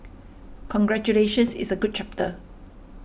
congratulations it's a good chapter